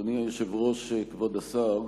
אדוני היושב-ראש, כבוד השר,